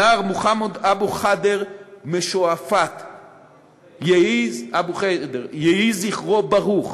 הנער מוחמד אבו ח'דיר משועפאט, יהי זכרו ברוך.